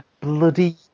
Bloody